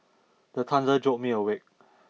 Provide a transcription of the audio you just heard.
the thunder jolt me awake